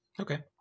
Okay